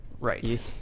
Right